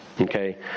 Okay